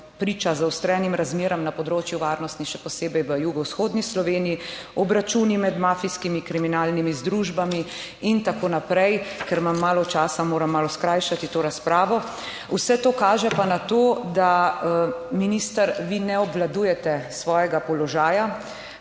priča zaostrenim razmeram na področju varnosti, še posebej v jugovzhodni Sloveniji, obračuni med mafijskimi kriminalnimi združbami in tako naprej. Ker imam malo časa, moram malo skrajšati to razpravo. Vse to kaže pa na to, da minister, vi ne obvladujete svojega položaja.